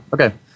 Okay